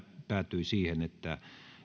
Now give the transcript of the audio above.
päätyi siihen että